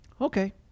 Okay